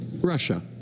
Russia